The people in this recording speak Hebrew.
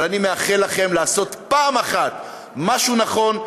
אבל אני מאחל לכם לעשות פעם אחת משהו נכון,